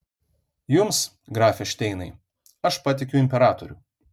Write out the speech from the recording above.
jums grafe šteinai aš patikiu imperatorių